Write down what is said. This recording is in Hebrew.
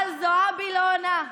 אבל זועבי לא עונה.